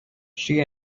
she